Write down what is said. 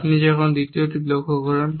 আপনি যখন দ্বিতীয় লক্ষ্যটি করেন